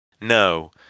No